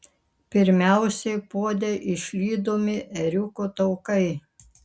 pirmiausiai puode išlydomi ėriuko taukai